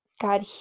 God